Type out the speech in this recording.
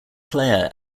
player